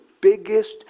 biggest